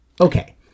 Okay